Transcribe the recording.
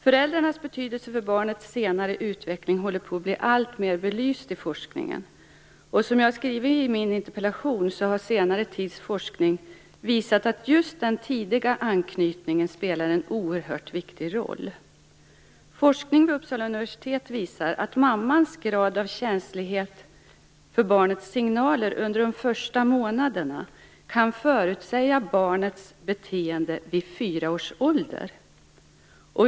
Föräldrarna betydelse för barnets senare utveckling blir alltmer belyst i forskningen. Som jag har skrivit i min interpellation har senare tids forskning visat att just den tidiga anknytningen spelar en oerhört viktig roll. Forskning vid Uppsala universitet visar att man av mammans grad av känslighet för barnets signaler under de första månaderna kan förutsäga barnets beteende vid fyra års ålder.